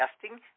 testing